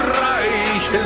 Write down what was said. reich